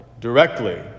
directly